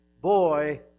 boy